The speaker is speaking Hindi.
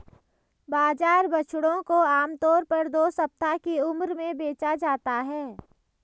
बाजार बछड़ों को आम तौर पर दो सप्ताह की उम्र में बेचा जाता है